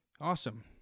Awesome